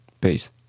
Peace